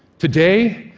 today,